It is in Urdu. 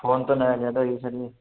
پھون تو نیا لیا تھا جی سر جی